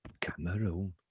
cameroon